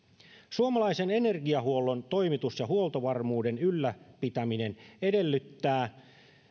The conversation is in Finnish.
suomalaisen energiahuollon toimitus ja huoltovarmuuden ylläpitäminen edellyttää